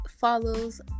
follows